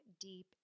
deep